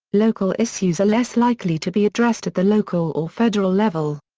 local issues are less likely to be addressed at the local or federal level.